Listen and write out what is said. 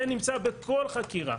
זה נמצא בכל חקירה.